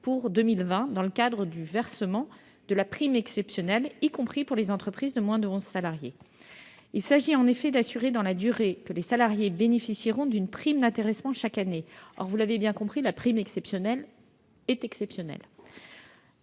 pour 2020 dans le cadre du versement de la prime exceptionnelle, y compris pour les entreprises de moins de onze salariés. Il s'agit en effet d'assurer dans la durée que les salariés bénéficieront d'une prime d'intéressement chaque année. Or, vous l'avez compris, la prime exceptionnelle est exceptionnelle